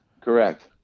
Correct